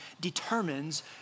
determines